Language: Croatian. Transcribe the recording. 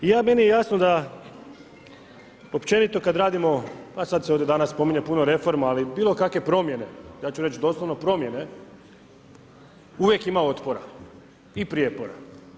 I meni je jasno, da općenito kad radimo, pa sada se ovdje danas spominje puno reforma, ali bilo kakve promjene, ja ću reći doslovno promjene, uvijek ima otpora i prijepora.